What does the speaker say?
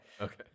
Okay